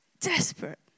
desperate